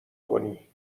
کنی